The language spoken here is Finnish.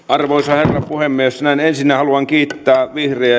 arvoisa herra puhemies näin ensinnä haluan kiittää vihreää